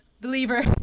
Believer